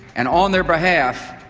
and on their behalf,